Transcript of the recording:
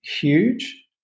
huge